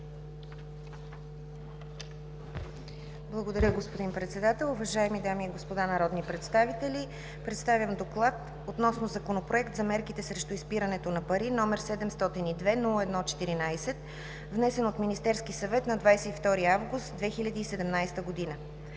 Благодаря, господин Председател. Уважаеми дами и господа народни представители, представям: „ДОКЛАД относно Законопроект за мерките срещу изпирането на пари, №702-01-14, внесен от Министерския съвет на 22 август 2017 г.